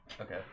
okay